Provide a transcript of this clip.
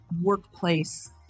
workplace